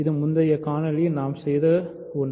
இது முந்தைய காணொளியில் நாம் செய்த ஒன்று